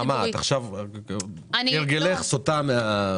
טוב נעמה, את עכשיו כהרגלך סוטה מהנושא.